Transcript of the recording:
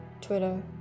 Twitter